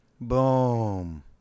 Boom